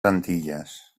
antilles